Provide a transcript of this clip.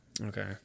Okay